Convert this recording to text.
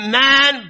man